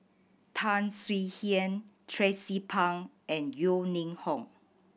Tan Swie Hian Tracie Pang and Yeo Ning Hong